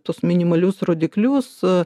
tuos minimalius rodiklius